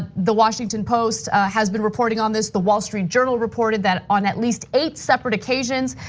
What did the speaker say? the washington post has been reporting on this. the wall street journal reported that on at least eight separate occasions.